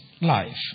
life